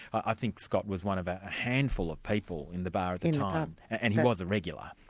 i think scott was one of ah a handful of people in the bar at the time, and he was a regular.